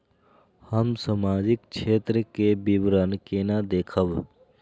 हम सामाजिक क्षेत्र के विवरण केना देखब?